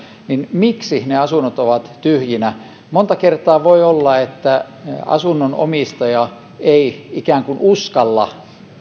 niin miksi ne asunnot ovat tyhjinä monta kertaa voi olla että asunnon omistaja ei ikään kuin uskalla